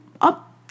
up